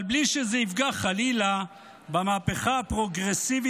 אבל בלי שזה יפגע חלילה במהפכה הפרוגרסיבית